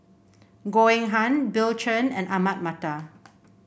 Goh Eng Han Bill Chen and Ahmad Mattar